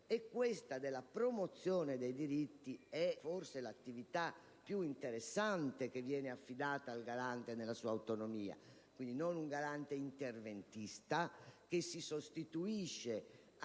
promuovere. La promozione dei diritti è forse l'attività più interessante affidata al Garante, nella sua autonomia: quindi, non un Garante interventista, che si sostituisce a